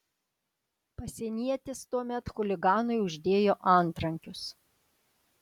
pasienietis tuomet chuliganui uždėjo antrankius